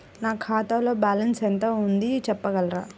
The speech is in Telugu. నా ఖాతాలో బ్యాలన్స్ ఎంత ఉంది చెప్పగలరా?